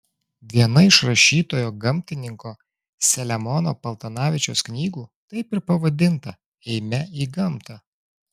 viena iš rašytojo gamtininko selemono paltanavičiaus knygų taip ir pavadinta eime į gamtą